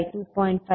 625V02